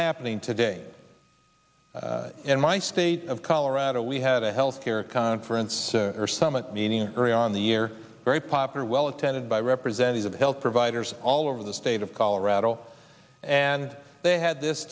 happening today in my state of colorado we had a health care conference or summit meeting early on the year very popular well attended by representatives of health providers all over the state of colorado and they had this